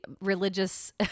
religious